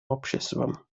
обществом